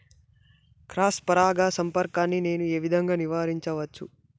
Cross పరాగ సంపర్కాన్ని నేను ఏ విధంగా నివారించచ్చు?